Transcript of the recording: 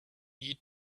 need